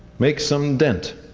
make some dent